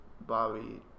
Bobby